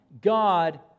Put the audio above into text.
God